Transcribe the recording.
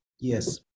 Yes